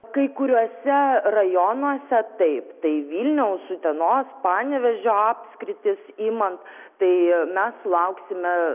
kai kuriuose rajonuose taip tai vilniaus utenos panevėžio apskritis imant tai mes sulauksime